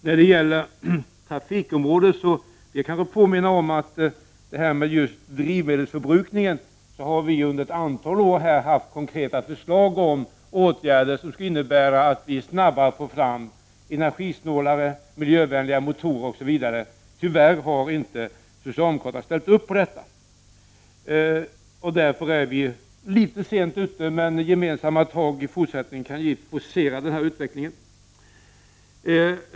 Jag vill påminna om att just när det gäller drivmedelsförbrukningen har vi i centern under ett antal år lagt fram konkreta förslag om åtgärder som innebär att man snabbare skulle få fram energisnålare, miljövänliga motorer osv. Tyvärr har inte socialdemokraterna ställt sig bakom dessa förslag. Därför är vi något sent ute, men med gemensamma krafter i fortsättningen kan nog denna utveckling forceras.